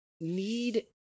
need